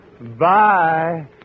Bye